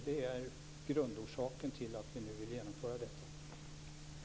Det är grundorsaken till att vi vill genomföra detta nu.